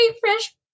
fresh